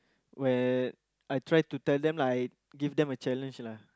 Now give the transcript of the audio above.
when I try to tell them lah I give them a challenge lah